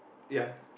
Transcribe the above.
ya